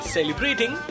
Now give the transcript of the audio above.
Celebrating